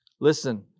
Listen